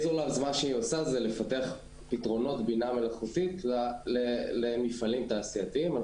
Razor Labs מפתחת פתרונות בינה מלאכותית למפעלים תעשייתיים.